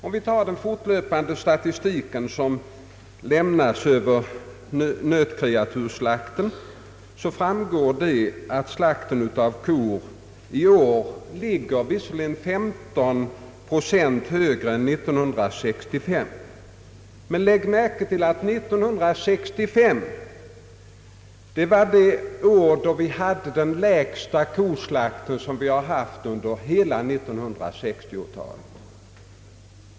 Av den fortlöpande statistik som lämnas över nötkreatursslakten framgår att slakten av kor i år visserligen ligger 15 procent högre än under 1965, men lägg märke till att 1965 var det år då vi hade den lägsta koslakten under hela 1960-talet.